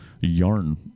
yarn